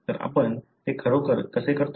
तर आपण ते खरोखर कसे करतो